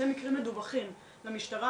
אלה מקרים מדווחים למשטרה,